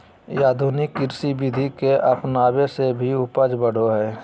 आधुनिक कृषि विधि के अपनाबे से भी उपज बढ़ो हइ